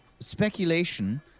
speculation